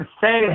say